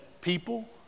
people